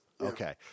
Okay